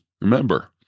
remember